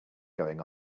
going